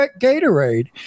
Gatorade